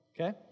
okay